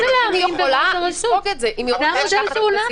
היא יכולה לספוג את זה אם היא רוצה לקחת את הסיכון.